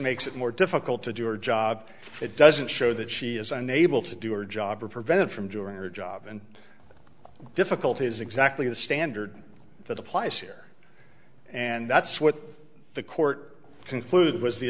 makes it more difficult to do her job it doesn't show that she is unable to do her job or prevented from doing her job and difficulty is exactly the standard that applies here and that's what the court